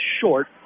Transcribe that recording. short